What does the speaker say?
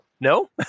No